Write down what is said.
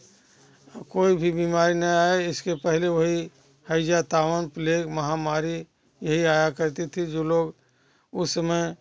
कोई भी बीमारी न आए इसके पहले वही हईजा तवान प्लेग महामारी यही आया करती थी जो लोग उस समय